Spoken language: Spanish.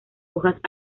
hojas